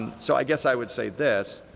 so i guess i would say this.